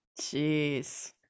Jeez